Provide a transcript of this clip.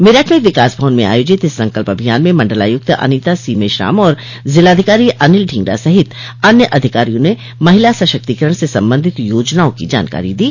मेरठ में विकास भवन में आयोजित इस संकल्प अभियान में मंडलायुक्त अनीता सी मेश्राम और जिलाधिकारी अनिल ढींगरा सहित अन्य अधिकारियों ने महिला सशक्तिकरण से संबंधित योजनाओं की जानकारी दी